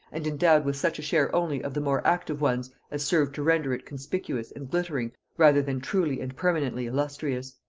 and endowed with such a share only of the more active ones as served to render it conspicuous and glittering rather than truly and permanently illustrious.